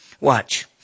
Watch